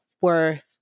worth